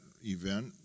event